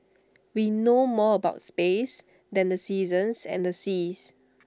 we know more about space than the seasons and the seas